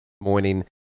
morning